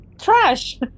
trash